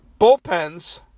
bullpens